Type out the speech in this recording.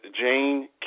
Jane